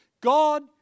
God